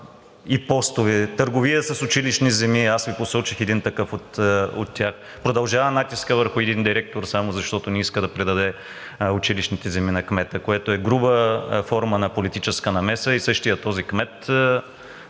и постове. Търговия с училищни земи. Посочих Ви един такъв от тях. Продължава натискът върху един директор само защото не иска да предаде училищните земи на кмета, което е груба форма на политическа намеса. Същият този кмет